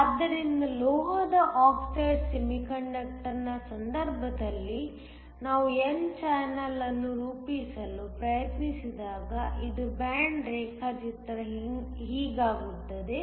ಆದ್ದರಿಂದ ಲೋಹದ ಆಕ್ಸೈಡ್ ಸೆಮಿಕಂಡಕ್ಟರ್ನ ಸಂದರ್ಭದಲ್ಲಿ ನಾವು n ಚಾನಲ್ ಅನ್ನು ರೂಪಿಸಲು ಪ್ರಯತ್ನಿಸಿದಾಗ ಇದು ಬ್ಯಾಂಡ್ ರೇಖಾಚಿತ್ರ ಹೀಗಾಗುತ್ತದೆ